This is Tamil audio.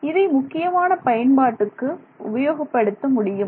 இதை முக்கியமான பயன்பாட்டுக்கு உபயோகப்படுத்த முடியும்